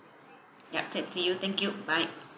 ya same to you thank you bye